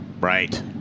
Right